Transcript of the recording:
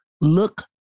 look